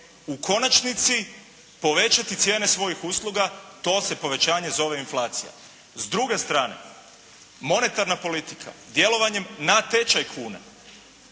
U konačnici povećati cijene svojih usluga. To se povećanje zove inflacija. S druge strane monetarna politika djelovanjem na tečaj kune